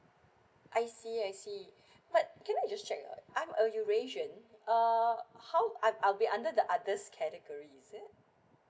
I see I see but can I just check uh I'm a eurasian uh how I'm I'll be under the others categories is it